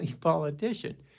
politician